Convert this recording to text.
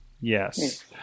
Yes